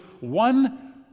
one